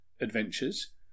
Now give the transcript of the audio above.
adventures